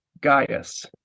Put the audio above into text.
Gaius